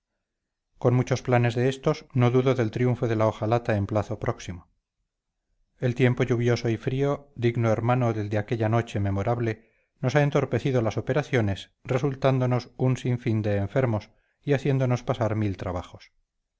con muchos planes de estos no dudo del triunfo de la ojalata en plazo próximo el tiempo lluvioso y frío digno hermano del de aquella noche memorable nos ha entorpecido las operaciones resultándonos un sin fin de enfermos y haciéndonos pasar mil trabajos